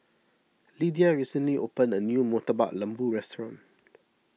Lydia recently opened a new Murtabak Lembu restaurant